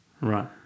Right